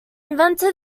invented